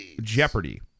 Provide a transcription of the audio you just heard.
Jeopardy